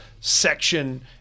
section